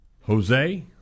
Jose